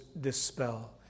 dispel